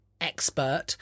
expert